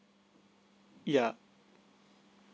yup